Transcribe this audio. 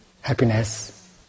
Happiness